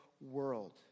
world